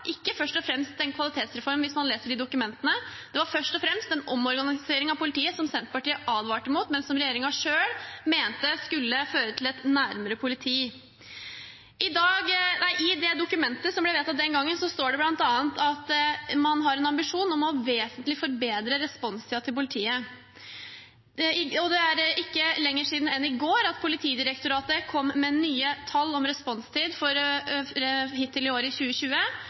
ikke først og fremst en kvalitetsreform, hvis man leser i dokumentene – det var først og fremst en omorganisering av politiet som Senterpartiet advarte mot, men som regjeringen selv mente skulle føre til et nærmere politi. I dokumentet som ble vedtatt den gangen, står det bl.a. at man har en ambisjon om vesentlig å forbedre responstiden til politiet. Det er ikke lenger siden enn i går at Politidirektoratet kom med nye tall om responstid hittil i år, i 2020,